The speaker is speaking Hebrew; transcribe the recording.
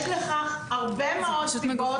יש לכך הרבה מאוד סיבות.